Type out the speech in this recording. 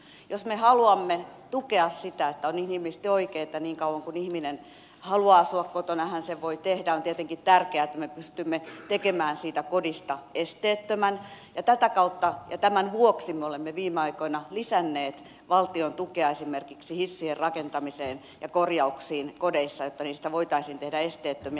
jos me haluamme tukea sitä että on inhimillisesti oikein että ihminen voi asua kotona niin kauan kuin hän haluaa on tietenkin tärkeää että me pystymme tekemään siitä kodista esteettömän ja tämän vuoksi me olemme viime aikoina lisänneet valtion tukea esimerkiksi hissien rakentamiseen ja korjauksiin kodeissa että niistä voitaisiin tehdä esteettömiä